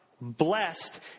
blessed